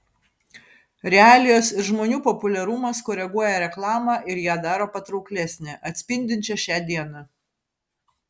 realijos ir žmonių populiarumas koreguoja reklamą ir ją daro patrauklesnę atspindinčią šią dieną